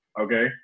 okay